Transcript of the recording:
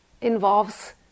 involves